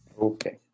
Okay